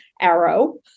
arrow